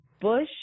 Bush